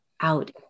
out